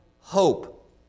hope